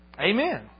Amen